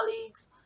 colleagues